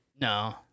No